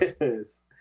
Yes